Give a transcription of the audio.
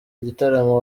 ibitaramo